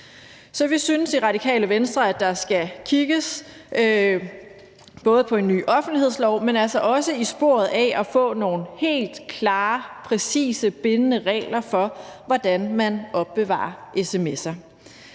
Så vi synes i Radikale Venstre, at der både skal kigges på en ny offentlighedslov, men også det spor at få nogle helt klare, præcise og bindende regler for, hvordan man opbevarer sms'er.